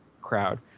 crowd